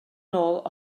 nôl